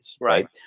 right